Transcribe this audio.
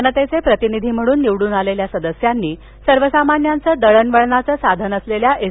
जनतेचे प्रतिनिधी म्हणून निवडून आलेल्या सदस्यांनी सर्वसामान्यांचं दळणवळणाचं साधन असलेल्या एस